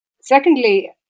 Secondly